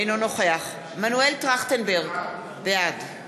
אינו נוכח מנואל טרכטנברג, בעד